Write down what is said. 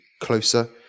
closer